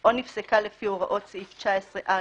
או נפסקה לפי הוראות סעיף 19(א)